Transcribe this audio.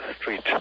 Street